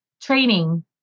training